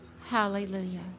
Hallelujah